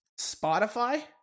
Spotify